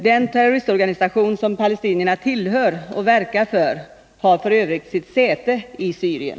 Den terroristorganisation som palestinierna tillhör och verkar för har f. ö. sitt säte i Syrien.